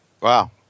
Wow